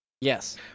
Yes